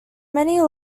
many